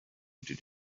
did